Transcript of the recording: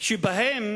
שבהם